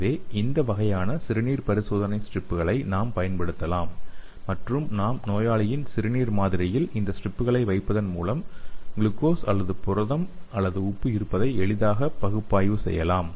எனவே இந்த வகையான சிறுநீர் பரிசோதனை ஸ்ட்ரிப்புகளை நாம் பயன்படுத்தலாம் மற்றும் நாம் நோயாளியின் சிறுநீர் மாதிரியில் இந்த ஸ்ட்ரிப்புகளை வைப்பதன் மூலம் குளுக்கோஸ் அல்லது புரதம் அல்லது உப்பு இருப்பதை எளிதாக பகுப்பாய்வு செய்யலாம்